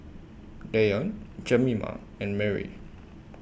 Deion Jemima and Marie